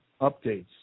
updates